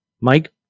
Mike